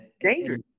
Dangerous